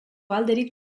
alderik